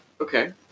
Okay